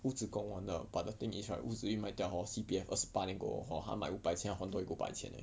屋子供完了 but the thing is 屋子一卖掉 hor C_P_F 二十八年过后他买个五百千要还多一个五百千 leh